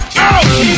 out